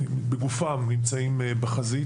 שבגופם נמצאים בחזית.